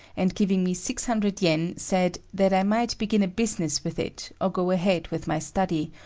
and giving me six hundred yen, said that i might begin a business with it, or go ahead with my study,